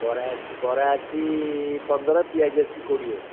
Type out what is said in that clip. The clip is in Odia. ବରା ଅଛି ବରା ଅଛି ପନ୍ଦର ପିଆଜି ଅଛି କୋଡ଼ିଏ